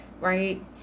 right